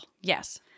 Yes